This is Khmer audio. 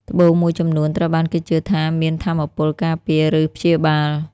ត្បូងមួយចំនួនត្រូវបានគេជឿថាមានថាមពលការពារ ឬព្យាបាល។